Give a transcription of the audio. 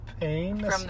pain